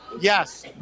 Yes